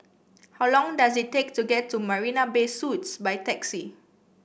how long does it take to get to Marina Bay Suites by taxi